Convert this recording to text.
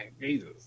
Jesus